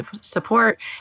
support